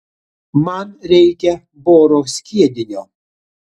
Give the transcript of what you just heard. man reikia boro skiedinio